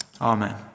Amen